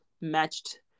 matched